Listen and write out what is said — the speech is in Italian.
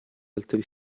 altri